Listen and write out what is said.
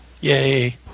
Yay